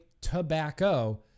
tobacco